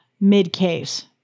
mid-case